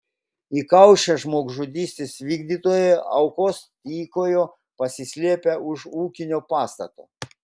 įkaušę žmogžudystės vykdytojai aukos tykojo pasislėpę už ūkinio pastato